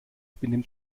benimmt